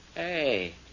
Hey